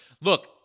Look